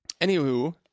anywho